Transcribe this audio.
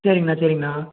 சரிங்கண்ணா சரிங்கண்ணா